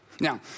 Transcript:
Now